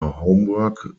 homework